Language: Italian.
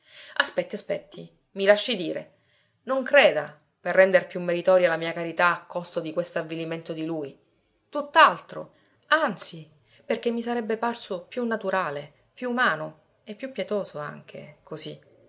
aspetti aspetti mi lasci dire non creda per render più meritoria la mia carità a costo di quest'avvilimento di lui tutt'altro anzi perché mi sarebbe parso più naturale più umano e più pietoso anche così